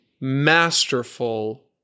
masterful